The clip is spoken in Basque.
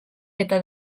eta